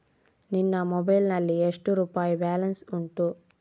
ನಿನ್ನ ಮೊಬೈಲ್ ನಲ್ಲಿ ಎಷ್ಟು ರುಪಾಯಿ ಬ್ಯಾಲೆನ್ಸ್ ಉಂಟು?